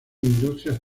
industrias